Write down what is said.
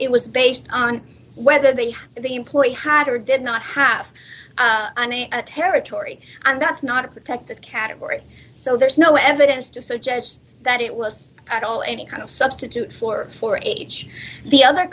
it was based on whether they had the employee had or did not have any territory and that's not a protected category so there's no evidence to suggest that it was at all any kind of substitute for for age the other